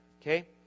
Okay